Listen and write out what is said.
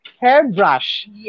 hairbrush